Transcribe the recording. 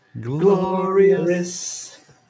Glorious